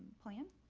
plan.